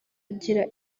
ugira